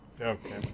Okay